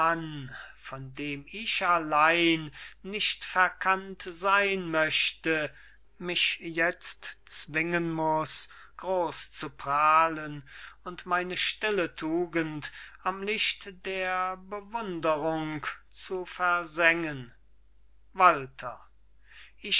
von dem ich allein nicht verkannt sein möchte mich jetzt zwingen muß groß zu prahlen und meine stille tugend am licht der bewunderung zu versengen walter